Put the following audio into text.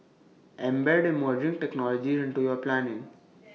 embed emerging technologies into your planning